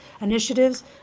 initiatives